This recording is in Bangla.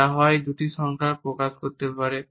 যা হয় দুইটি সংখ্যা প্রকাশ করতে পারে